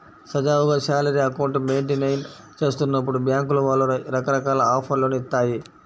సజావుగా salary account maintain చేస్తున్నప్పుడు బ్యేంకుల వాళ్ళు రకరకాల ఆఫర్లను ఇత్తాయి